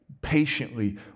patiently